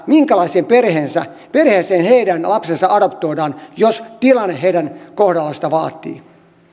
minkälaiseen perheeseen heidän lapsensa adoptoidaan jos tilanne heidän kohdallaan sitä vaatii